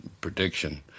prediction